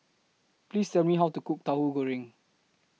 Please Tell Me How to Cook Tauhu Goreng